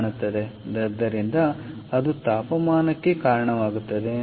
ಆದ್ದರಿಂದ ಅದು ತಾಪನಕ್ಕೆ ಕಾರಣವಾಗುತ್ತದೆ